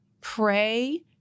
pray